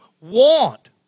want